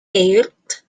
aired